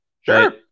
sure